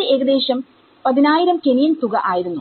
അത് ഏകദേശം 10000 കെനിയൻ തുക ആയിരുന്നു